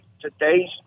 today's